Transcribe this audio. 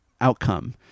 outcome